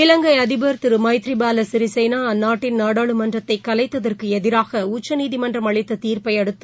இலங்கைஅதிபர் திருமைத்ரிபாலசிறிசேனாஅந்நாடடின் நாடாளுமன்றத்தைகலைத்ததற்குஎதிராகஉச்சநீதிமன்றம் அளித்ததீர்ப்பைஅடுத்து